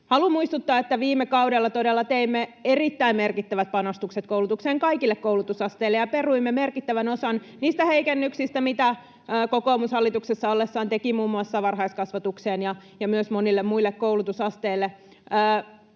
Haluan muistuttaa, että viime kaudella todella teimme erittäin merkittävät panostukset koulutukseen kaikille koulutusasteille ja peruimme merkittävän osan niistä heikennyksistä, mitä kokoomus hallituksessa ollessaan teki muun muassa varhaiskasvatukseen ja myös monille muille koulutusasteille.